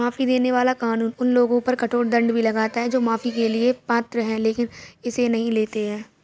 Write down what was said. माफी देने वाला कानून उन लोगों पर कठोर दंड भी लगाता है जो माफी के लिए पात्र हैं लेकिन इसे नहीं लेते हैं